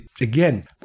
again